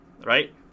right